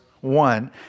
one